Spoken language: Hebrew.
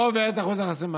היא לא עוברת את אחוז החסימה.